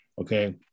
Okay